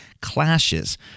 clashes